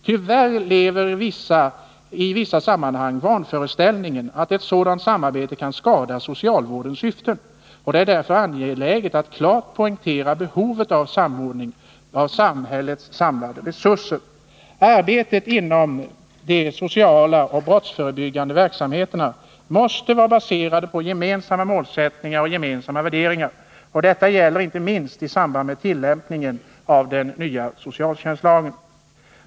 Tyvärr lever i vissa sammanhang den vanföreställningen att ett sådant samarbete kan skada socialvårdens syften, och det är därför angeläget att klart poängtera behovet av samordning av samhällets samlade resurser. Arbetet inom de sociala och brottsförebyggande verksamheterna måste vara baserat på gemensamma målsättningar och gemensamma värderingar, och detta gäller inte minst i samband med tillämpningen av den nya socialtjänstlagen.